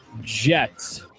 Jets